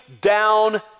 down